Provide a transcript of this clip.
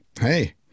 hey